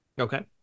Okay